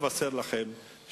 אני רוצה לספר פה,